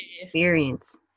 experience